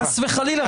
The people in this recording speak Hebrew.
חס וחלילה.